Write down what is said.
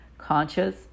Conscious